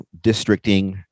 districting